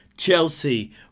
Chelsea